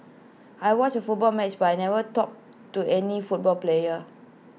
I watched A football match but I never talked to any football player